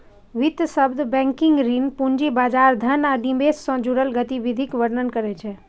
वित्त शब्द बैंकिंग, ऋण, पूंजी बाजार, धन आ निवेश सं जुड़ल गतिविधिक वर्णन करै छै